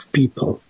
people